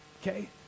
okay